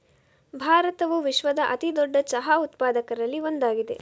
ಭಾರತವು ವಿಶ್ವದ ಅತಿ ದೊಡ್ಡ ಚಹಾ ಉತ್ಪಾದಕರಲ್ಲಿ ಒಂದಾಗಿದೆ